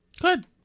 Good